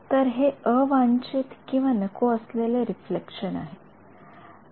तर हे अवांछितनको असलेले रिफ्लेक्शन आहे